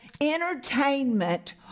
entertainment